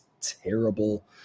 terrible